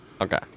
Okay